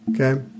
Okay